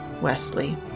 Wesley